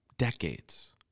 decades